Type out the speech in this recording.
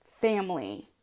family